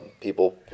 people